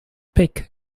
pic